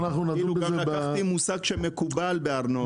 לקחתי מושג שמקובל בארנונה.